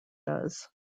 does